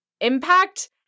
impact